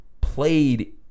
played